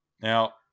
Now